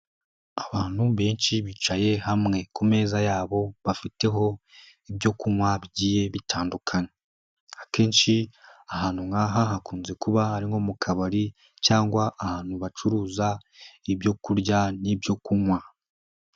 Abantu benshi bicaye hamwe, ku meza yabo bafiteho ibyo kunywa bitandukanye, akenshi ahantu nk'aha hakunze kuba hari nko mu kabari cyangwa ahantu bacuruza ibyo kurya n'ibyo kunywa.